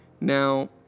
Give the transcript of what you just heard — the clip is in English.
now